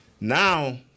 Now